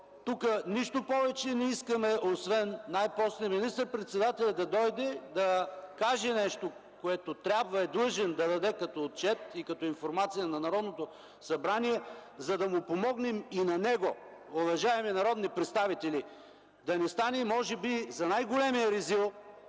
нищо повече, освен най-после министър председателят да дойде и да каже нещо, което трябва и е длъжен да даде като отчет и информация на Народното събрание, за да му помогнем и на него, уважаеми народни представители. Да не стане може би за най-големия резил,